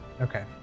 Okay